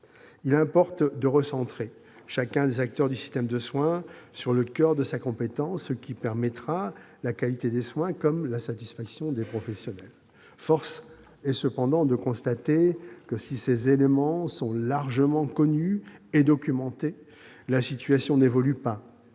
Il importe de recentrer chacun des acteurs du système de soins sur le coeur de sa compétence, ce qui permettra de renforcer la qualité des soins comme la satisfaction des professionnels. Force est cependant de constater que, si ces éléments sont largement connus et documentés, la situation n'évolue pas.